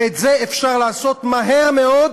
ואת זה אפשר לעשות מהר מאוד,